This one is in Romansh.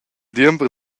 diember